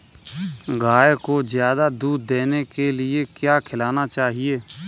गाय को ज्यादा दूध देने के लिए क्या खिलाना चाहिए?